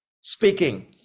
speaking